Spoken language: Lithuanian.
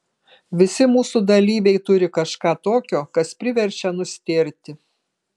visi mūsų dalyviai turi kažką tokio kas priverčia nustėrti